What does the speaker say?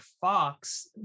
Fox